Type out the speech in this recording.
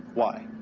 why?